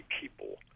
people